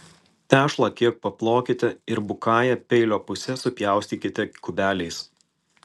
tešlą kiek paplokite ir bukąja peilio puse supjaustykite kubeliais